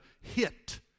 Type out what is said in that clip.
hit